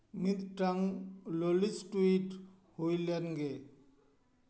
ᱢᱤᱫᱴᱟᱝ ᱞᱚᱞᱤᱥ ᱴᱩᱭᱤᱴ ᱦᱩᱭᱞᱮᱱ ᱜᱮ